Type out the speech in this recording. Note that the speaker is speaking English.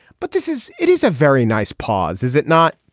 but this is it is a very nice pause, is it not?